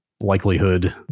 likelihood